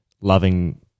loving